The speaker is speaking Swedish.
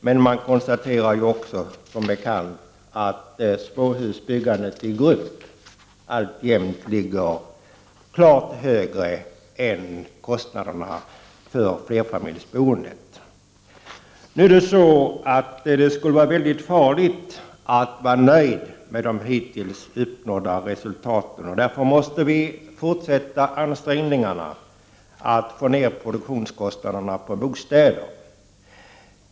Det konstateras emellertid som bekant också att kostnaderna för småhusbyggandet som grupp alltjämt är klart större än kostnaderna för byggande av flerfamiljshus. Det är väldigt farligt att nöja sig med de hittills uppnådda resultaten. Vi måste därför fortsätta ansträngningarna att få ned produktionskostnaderna för bostäder.